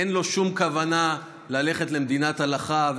אין לו שום כוונה ללכת למדינת הלכה,